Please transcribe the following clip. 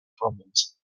problems